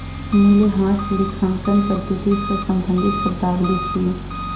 मूल्यह्रास लेखांकन पद्धति सं संबंधित शब्दावली छियै